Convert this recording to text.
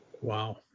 Wow